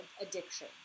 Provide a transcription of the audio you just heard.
addiction